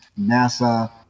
NASA